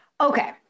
Okay